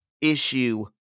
issue